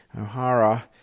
O'Hara